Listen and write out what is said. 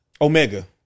Omega